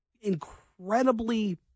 incredibly